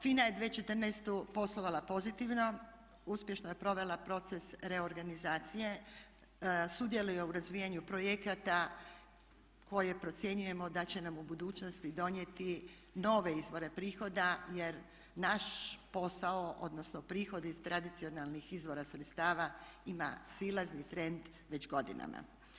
FINA je 2014. poslovala pozitivno, uspješno je provela proces reorganizacije, sudjeluje u razvijanju projekata koje procjenjujemo da će nam u budućnosti donijeti nove izvore prihoda jer naš posao, odnosno prihodi iz tradicionalnih izvora sredstava ima silazni trend već godinama.